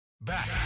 Back